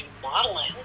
modeling